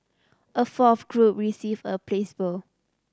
a fourth group received a placebo